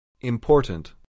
Important